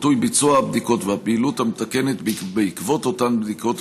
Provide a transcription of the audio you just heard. עיתוי הבדיקות והפעילות המתקנת בעקבות אותן בדיקות,